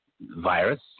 virus